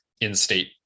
in-state